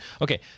Okay